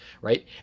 right